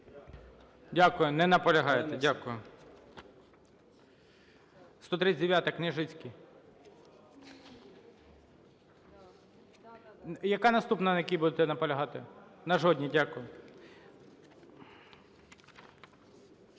Дякую. Не наполягаєте. Дякую. 139-а, Княжицький. Яка наступна, на якій будете наполягати? На жодній. Дякую.